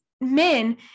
men